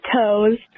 toes